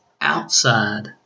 outside